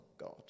God